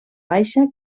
baixa